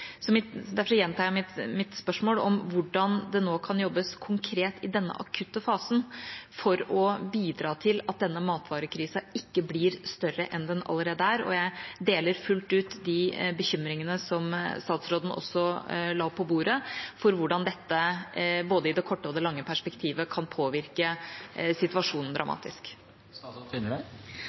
Derfor gjentar jeg mitt spørsmål om hvordan det nå kan jobbes konkret i denne akutte fasen for å bidra til at denne matvarekrisa ikke blir større enn den allerede er. Jeg deler fullt ut de bekymringene som statsråden også la på bordet for hvordan dette både i kort og langt perspektiv kan påvirke situasjonen dramatisk.